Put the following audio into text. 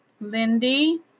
Lindy